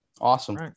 Awesome